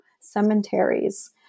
cemeteries